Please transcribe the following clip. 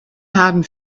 haben